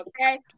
okay